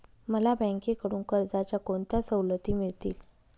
मला बँकेकडून कर्जाच्या कोणत्या सवलती मिळतील?